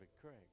Craig